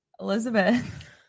Elizabeth